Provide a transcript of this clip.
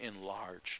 enlarged